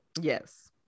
yes